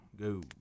go